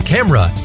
Camera